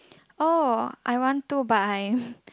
oh I want to but I'm